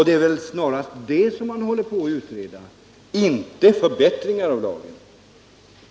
Det är väl snarast detta man håller på att utreda, inte förbättringar av lagen.